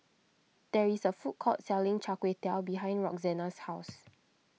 there is a food court selling Char Kway Teow behind Roxanna's house